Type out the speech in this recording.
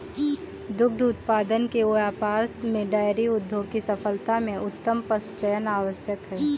दुग्ध उत्पादन के व्यापार में डेयरी उद्योग की सफलता में उत्तम पशुचयन आवश्यक है